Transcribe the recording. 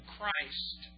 Christ